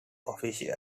official